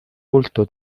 volto